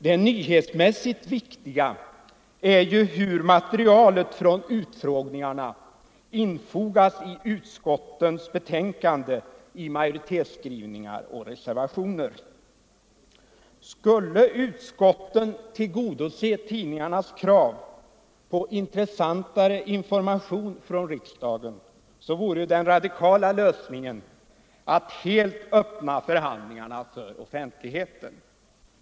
Det nyhetsmässigt viktiga är i stället hur materialet från utfrågningarna infogas i utskottens betänkanden, i majoritetsskrivningar och reservationer. Skulle utskotten tillgodose tidningarnas krav på intressantare information från riksdagen, vore den radikala lösningen att helt öppna förhandlingarna Nr 109 för offentligheten.